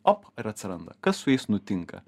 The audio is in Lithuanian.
op ir atsiranda kas su jais nutinka